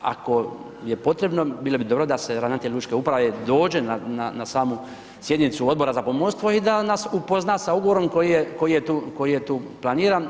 Ako je potrebno, bilo bi dobro da se ravnatelj lučke uprave dođe na samu sjednicu Odbora za pomorstvo i da nas upozna sa ugovorom koji je tu planiran.